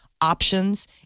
options